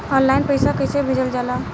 Online पैसा कैसे भेजल जाला?